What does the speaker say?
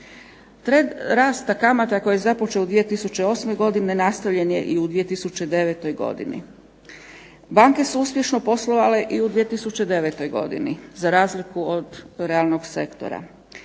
Trend rasta kamata koji je započeo u 2008. godini nastavljen je i u 2009. godini. Banke su uspješno poslovale i u 2009. godini, za razliku od realnog sektora.